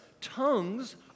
tongues